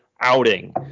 outing